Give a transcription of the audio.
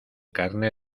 carné